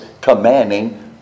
commanding